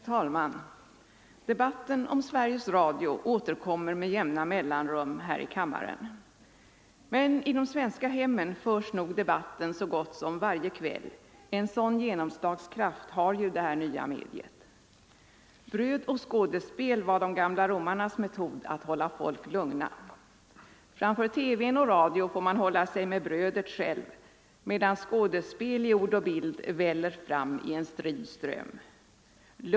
Herr talman! Debatten om Sveriges Radio återkommer med jämna mellanrum här i kammaren. Men i de svenska hemmen förs nog debatten så gott som varje kväll — en sådan genomslagskraft har ju detta nya medium. ”Bröd och skådespel” var de gamla romarnas metod att hålla folket lugnt. Framför TV och radio får man själv hålla sig med brödet, medan skådespel i ord och bild väller fram i en strid ström.